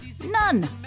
none